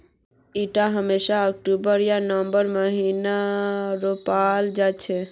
इटा हमेशा अक्टूबर या नवंबरेर महीनात रोपाल जा छे